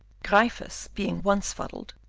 gryphus being once fuddled,